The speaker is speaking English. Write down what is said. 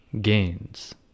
gains